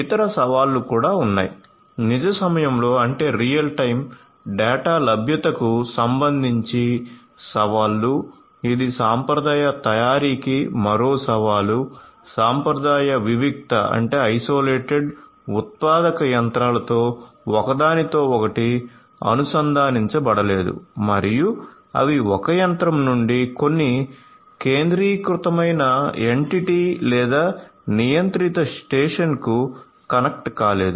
ఇతర సవాళ్లు కూడా ఉన్నాయి నిజ సమయంలో ఉత్పాదక యంత్రాలతో ఒకదానితో ఒకటి అనుసంధానించబడలేదు మరియు అవి ఒక యంత్రం నుండి కొన్ని కేంద్రీకృతమైన ఎంటిటీ లేదా నియంత్రిత స్టేషన్ కు కనెక్ట్ కాలేదు